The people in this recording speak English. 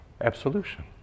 Absolution